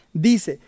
Dice